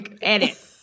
Edit